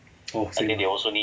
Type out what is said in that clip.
oh same ah